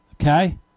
Okay